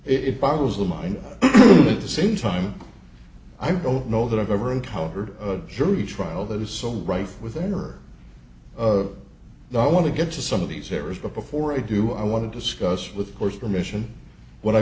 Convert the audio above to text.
it boggles the mind at the same time i don't know that i've ever encountered a jury trial that is so rife with the owner of the i want to get to some of these errors but before i do i want to discuss with of course the mission what i